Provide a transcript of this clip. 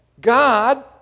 God